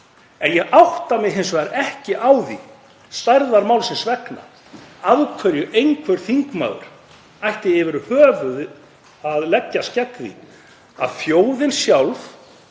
En ég átta mig hins vegar ekki á því stærðar málsins vegna af hverju einhver þingmaður ætti yfir höfuð að leggjast gegn því að þjóðin sjálf